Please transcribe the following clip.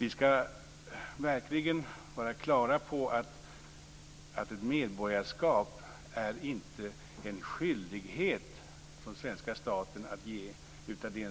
Vi skall verkligen vara på det klara med att ett medborgarskap inte är en skyldighet för den svenska staten att ge, utan det är